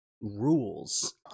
rules